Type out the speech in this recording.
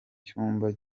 cyumba